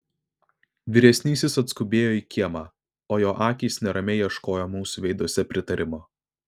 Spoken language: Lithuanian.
vyresnysis atskubėjo į kiemą o jo akys neramiai ieškojo mūsų veiduose pritarimo